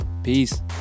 Peace